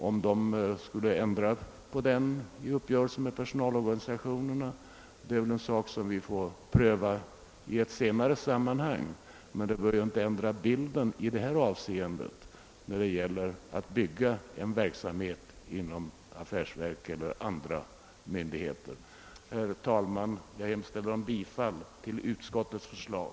Om man skall ändra på denna i uppgörelsen med personalorganisationerna får vi väl pröva i senare sammanhang. Det bör dock inte ändra bilden när det gäller att bygga upp en verksamhet inom affärsverk eller andra myndigheter. Herr talman! Jag hemställer om bifall till utskottets förslag.